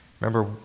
Remember